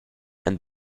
and